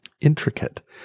intricate